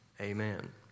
Amen